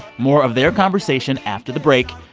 more of their conversation after the break.